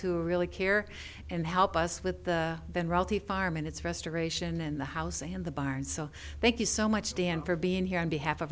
who really care and help us with the then reality farm and it's restoration and the house and the barn so thank you so much dan for being here on behalf of